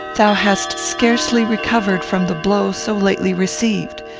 thou hast scarcely recovered from the blow so lately received.